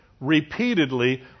repeatedly